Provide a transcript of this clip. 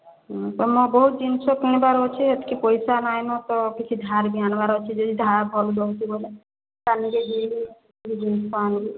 ହଁ ତ ମୋର୍ ବହୁତ ଜିନିଷ କିଣିବାର୍ ଅଛେ ଏତିକି ପଇସା ନାହିଁ ନ ତ କିଛି ଧାର୍ ବି ଆଣବାର୍ ଅଛେ ଯଦି ଧାର୍ ଭଲ ଦେଉଛେ ବୋଲେ କାଲିକି ଯିବି କିଛି ଜିନିଷ ଆଣିବି